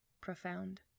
profound